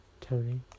Tony